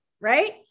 right